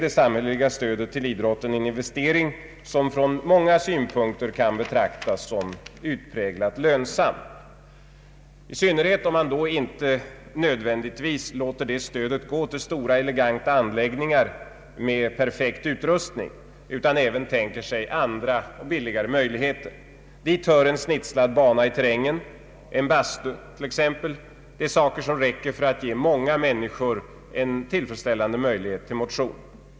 Det samhälleliga stödet till idrotten är därför en investering som från en rad synpunkter kan betraktas som utpräglat lönsam. Men stödet behöver inte nödvändigtvis gå till stora eleganta anläggningar med perfekt utrustning, utan man kan även tänka sig andra och billigare möjligheter. Dit hör en snitslad bana i terrängen och en bastu, som räcker för att ge många människor tillfredsställande möjligheter till motion.